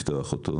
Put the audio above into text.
לפתוח אותו